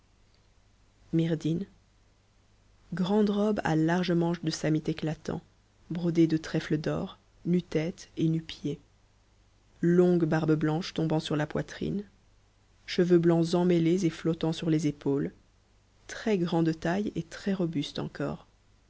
grande robe à larges manches de samit écarlate bordée de trtnes d'or nu-tête et nu-pieds longue barbe manche tombant sur la poitrine cheveux blancs emmêtés et flottants sur tes épaules très grand de taille et très robuste encore